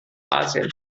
asien